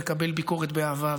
ואני מקבל ביקורת באהבה,